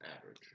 average